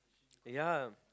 ya